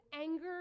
anger